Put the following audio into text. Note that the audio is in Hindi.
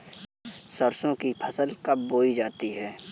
सरसों की फसल कब बोई जाती है?